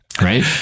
right